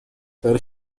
داری